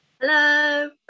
Hello